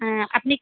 হ্যাঁ আপনি